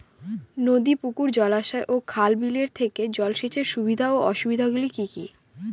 নদী পুকুর জলাশয় ও খাল বিলের থেকে জল সেচের সুবিধা ও অসুবিধা গুলি কি কি?